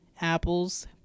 apples